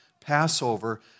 Passover